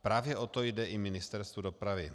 Právě o to jde i Ministerstvu dopravy.